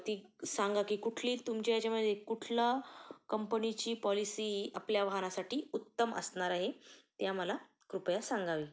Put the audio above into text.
ती सांगा की कुठली तुमच्या याच्यामध्ये कुठल्या कंपनीची पॉलिसी ही आपल्या वाहनासाठी उत्तम असणार आहे ते आम्हाला कृपया सांगावे